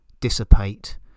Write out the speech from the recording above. dissipate